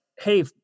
hey